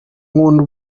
nkunda